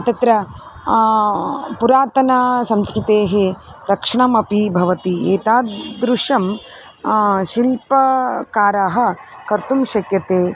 तत्र पुरातनसंस्कृतेः रक्षणमपि भवति एतादृशाः शिल्पकाराः कर्तुं शक्यन्ते